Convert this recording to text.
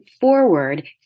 forward